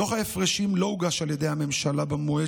דוח ההפרשים לא הוגש על ידי הממשלה במועד